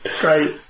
great